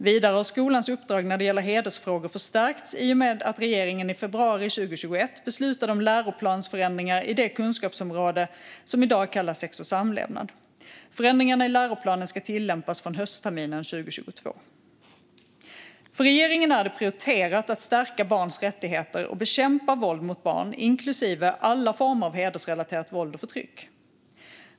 Vidare har skolans uppdrag när det gäller hedersfrågor förstärkts i och med att regeringen i februari 2021 beslutade om läroplansförändringar i det kunskapsområde som i dag kallas sex och samlevnad. Förändringarna i läroplanerna ska tillämpas från höstterminen 2022. För regeringen är det prioriterat att stärka barns rättigheter och bekämpa våld mot barn, inklusive alla former av hedersrelaterat våld och förtryck.